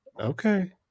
okay